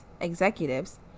executives